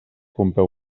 pompeu